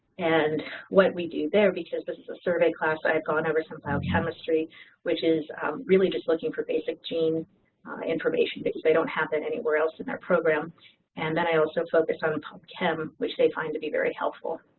and what we do there because this is a survey class i have gone over some bio chemistry which is really just looking for basic gene information because they don't happen anywhere else in their program, and then i also focus on pubchem which they find to be very helpful.